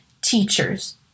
teachers